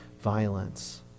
violence